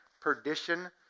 Perdition